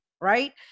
right